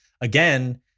again